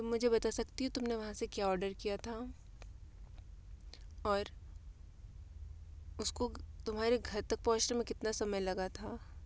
तुम मुझे बता सकती हो तुम ने वहाँ से क्या ओडर किया था और उसको तुम्हारे घर तक पहुंचने में कितना समय लगा था